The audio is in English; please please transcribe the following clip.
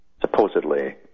supposedly